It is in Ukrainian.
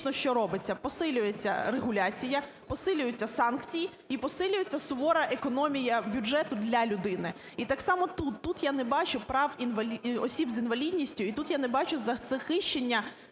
що робиться? Посилюється регуляція, посилюються санкції і посилюється сувора економія бюджету для людини. І так само тут – тут я не бачу прав осіб з інвалідністю, і тут я не бачу захищення